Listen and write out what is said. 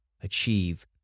achieve